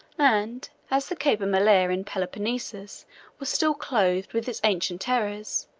and as the cape of malea in peloponnesus was still clothed with its ancient terrors,